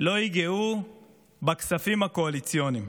לא ייגעו בכספים הקואליציוניים.